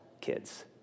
kids